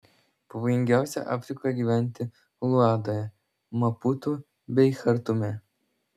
pavojingiausia afrikoje gyventi luandoje maputu bei chartume